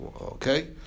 Okay